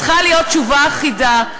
צריכה להיות תשובה אחידה.